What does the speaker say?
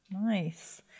nice